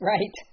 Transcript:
Right